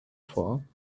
for